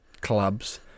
clubs